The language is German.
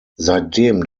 seitdem